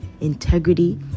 integrity